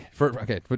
okay